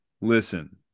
listen